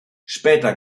später